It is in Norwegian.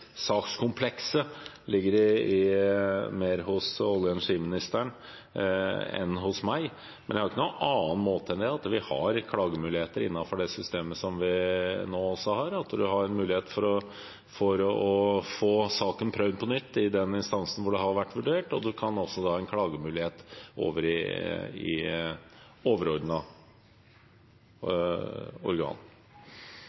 sakskomplekset ligger mer hos olje- og energiministeren enn hos meg. Men det er ikke noen annen måte enn at vi har klagemuligheter innenfor det systemet som vi har nå også. Man har mulighet til å få saken prøvd på nytt i den instansen hvor den har vært vurdert, og man har også en klagemulighet i